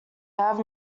have